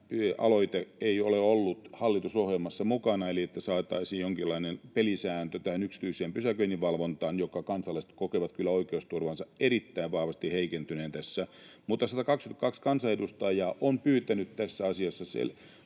aloite ei ole ollut hallitusohjelmassa mukana, että saataisiin jonkinlainen pelisääntö tähän yksityiseen pysäköinninvalvontaan, jossa kansalaiset kokevat kyllä oikeusturvansa erittäin vahvasti heikentyneen. Mutta 122 kansanedustajaa on pyytänyt tässä